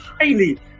highly